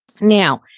Now